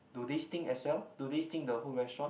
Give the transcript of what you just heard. do they stink as well do they stink the whole restaurant